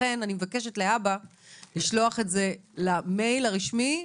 אני מבקשת להבא לשלוח את זה למייל הרשמי,